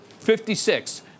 56